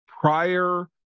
prior